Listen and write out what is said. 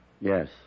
Yes